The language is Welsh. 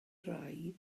rai